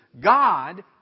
God